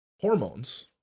hormones